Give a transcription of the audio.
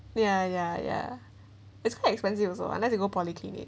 ya ya ya it's quite expensive also unless you go polyclinic